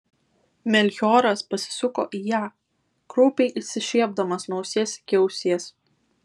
melchioras pasisuko į ją kraupiai išsišiepdamas nuo ausies iki ausies